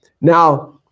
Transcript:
Now